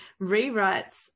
rewrites